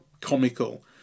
comical